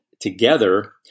together